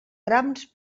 grams